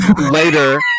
later